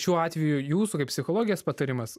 šiuo atveju jūsų kaip psichologės patarimas